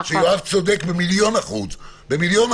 ויואב צודק במיליון אחוז.